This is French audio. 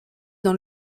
dans